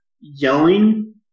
yelling